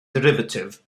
derivative